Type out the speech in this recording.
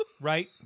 Right